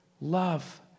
Love